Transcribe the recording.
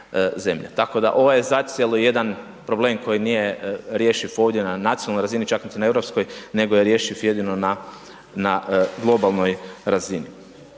Tako da ovo je zacijelo jedan problem koji nije rješiv ovdje na nacionalnoj razini, čak niti na europskoj, nego je rješiv jedino na, na globalnoj razini.